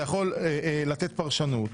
אתה יכול לתת פרשנות,